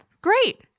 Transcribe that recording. great